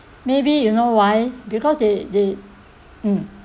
maybe you know why because they they mm